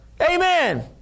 Amen